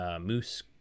Moose